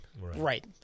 Right